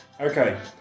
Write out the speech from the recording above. Okay